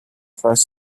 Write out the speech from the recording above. first